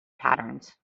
patterns